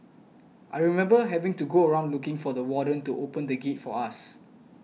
I remember having to go around looking for the warden to open the gate for us